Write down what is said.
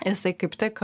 jisai kaip tik